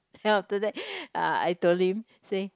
then after that uh I told him say